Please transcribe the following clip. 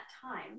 time